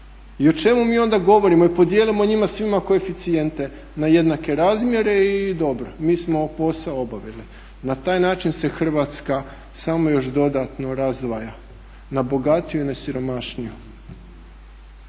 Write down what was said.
I o čemu mi onda govorimo i podijelimo njima svima koeficijente na jednake razmjere i dobro, mi smo posao obavili. Na taj način se Hrvatska samo još dodatno razdvaja na bogatiju i na siromašniju.